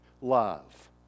love